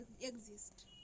exist